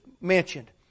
mentioned